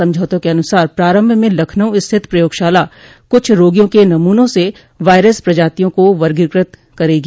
समझौते के अनुसार प्रारंभ में लखनऊ स्थित प्रयोगशाला कुछ रोगियों के नमूनों से वायरस प्रजातियों को वर्गीकृत करेगी